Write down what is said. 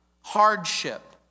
hardship